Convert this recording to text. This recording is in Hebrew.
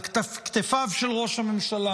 על כתפיו של ראש הממשלה,